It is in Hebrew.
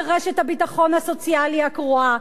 ברשת הביטחון הסוציאלי הקרועה,